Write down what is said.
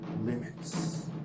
limits